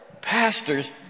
pastors